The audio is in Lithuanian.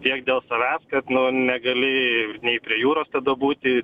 tiek dėl savęs kad nu negali nei prie jūros tada būti